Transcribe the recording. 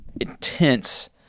intense